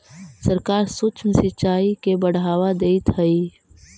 सरकार सूक्ष्म सिंचाई के बढ़ावा देइत हइ